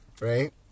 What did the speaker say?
right